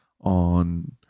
on